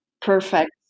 perfect